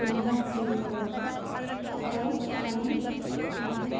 पुनः स्वीकरोतु अथवा धनं पुनः